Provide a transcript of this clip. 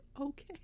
okay